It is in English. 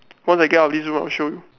once I get out of this room I will show you